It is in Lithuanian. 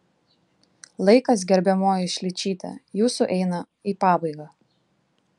laikas gerbiamoji šličyte jūsų eina į pabaigą